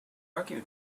argue